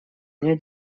меня